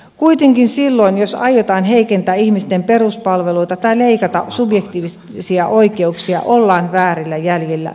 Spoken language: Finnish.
kuitenkin silloin jos aiotaan heikentää ihmisten peruspalveluita tai leikata subjektiivisia oikeuksia ollaan väärillä jäljillä